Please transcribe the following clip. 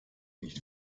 nicht